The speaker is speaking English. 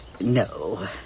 No